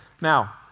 Now